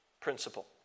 principle